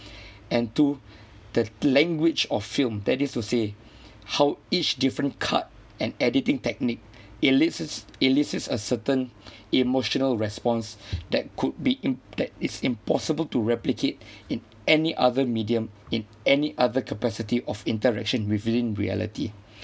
and to the language of film that is to say how each different cut and editing technique ellipses elicits a certain emotional response that could be imp~ that is impossible to replicate in any other medium in any other capacity of interaction within reality